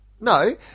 No